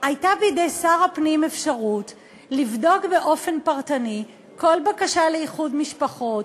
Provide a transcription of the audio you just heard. הייתה בפני שר הפנים אפשרות לבדוק באופן פרטני כל בקשה לאיחוד משפחות.